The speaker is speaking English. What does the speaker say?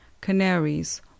Canaries